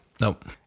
Nope